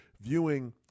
viewing